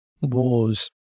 wars